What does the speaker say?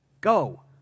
Go